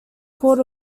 called